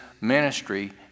ministry